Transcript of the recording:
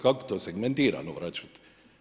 Kako to segmentirano vračate?